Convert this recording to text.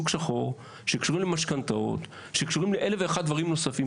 לשוק שחור ול- 1,001 דברים נוספים,